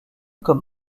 comme